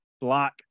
Block